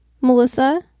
Melissa